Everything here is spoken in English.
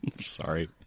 Sorry